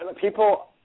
people